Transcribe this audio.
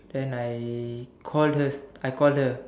then I called her I called her